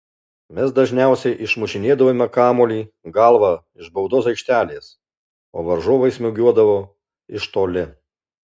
mes dažniausiai išmušinėdavome kamuolį galva iš baudos aikštelės o varžovai smūgiuodavo iš toli